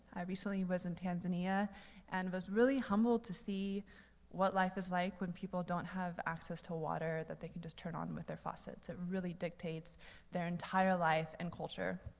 i recently was in tanzania and was really humbled to see what life is like when people don't have access to water that they can just turn on with their faucets. it really dictates their entire life and culture.